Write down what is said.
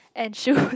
and shoes